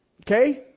Okay